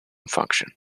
function